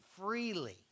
freely